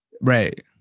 Right